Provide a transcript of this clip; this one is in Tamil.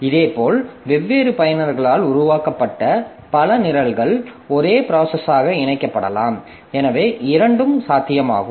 இதேபோல் வெவ்வேறு பயனர்களால் உருவாக்கப்பட்ட பல நிரல்கள் ஒரே ப்ராசஸாக இணைக்கப்படலாம் எனவே இரண்டும் சாத்தியமாகும்